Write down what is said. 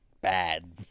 Bad